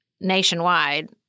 nationwide